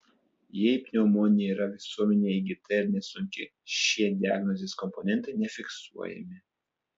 jei pneumonija yra visuomenėje įgyta ir nesunki šie diagnozės komponentai nefiksuojami